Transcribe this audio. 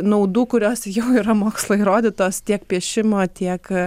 naudų kurios jau yra mokslo įrodytos tiek piešimo tiek